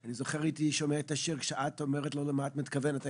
אני זוכר שהייתי שומע את השיר שאת אומרת לא למה את מתכוונת,